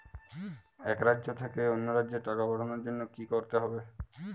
এক রাজ্য থেকে অন্য রাজ্যে টাকা পাঠানোর জন্য কী করতে হবে?